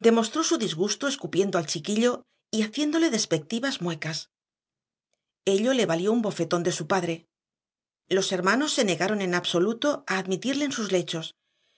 demostró su disgusto escupiendo al chiquillo y haciéndole despectivas muecas ello le valió un bofetón de su padre los hermanos se negaron en absoluto a admitirle en sus lechos